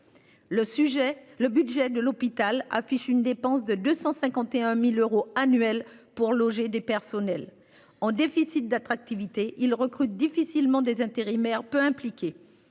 le budget de l'hôpital affiche une dépense de 251.000 euros annuels pour loger des personnels en déficit d'attractivité ils recrutent difficilement des intérimaires peut impliquer